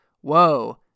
Whoa